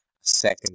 second